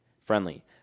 friendly